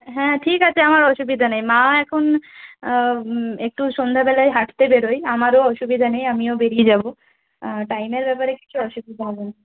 হ্যাঁ ঠিক আছে আমার অসুবিধা নেই মা এখন একটু সন্ধ্যাবেলায় হাঁটতে বেরয় আমারও অসুবিধা নেই আমিও বেরিয়ে যাব আর টাইমের ব্যাপারে কিছু অসুবিধা হবে না